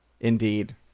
Indeed